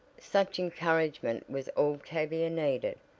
such encouragement was all tavia needed.